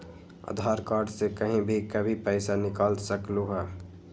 आधार card से कहीं भी कभी पईसा निकाल सकलहु ह?